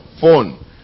phone